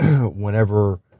Whenever